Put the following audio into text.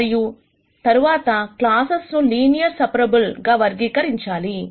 మరియు తర్వాత క్లాసెస్ ను లీనియర్లి సెపెరేబుల్ గా వర్గీకరించాలి